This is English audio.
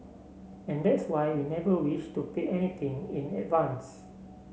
and that's why we never wished to pay anything in advance